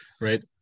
Right